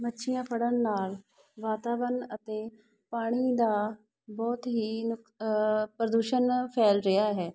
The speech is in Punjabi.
ਮੱਛੀਆਂ ਫੜਨ ਨਾਲ ਵਾਤਾਵਰਨ ਅਤੇ ਪਾਣੀ ਦਾ ਬਹੁਤ ਹੀ ਪ੍ਰਦੂਸ਼ਣ ਫੈਲ ਰਿਹਾ ਹੈ